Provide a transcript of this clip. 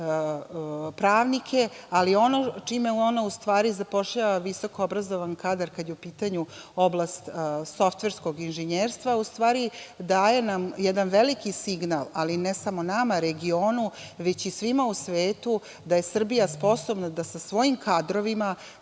pravnike, ali ono čime ona u stvari zapošljava visoko obrazovan kadar kada je u pitanju oblast softverskog inženjerstva, u stvari daje nam jedan veliki signal, ali ne samo nama, regionu, već i svima u svetu da je Srbija sposobna da sa svojim kadrovima